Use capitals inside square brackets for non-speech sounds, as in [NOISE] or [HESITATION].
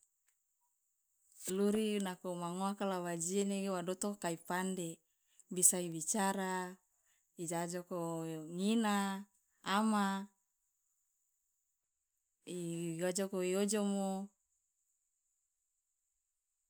luri nako mangoaka la waje nege wa dotoko kai pande bisa ibicara ija ajoko ngina ama [HESITATION] igajoko iojomo.